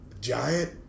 giant